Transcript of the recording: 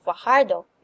Fajardo